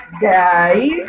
guys